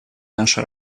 наша